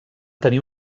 tenir